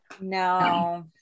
No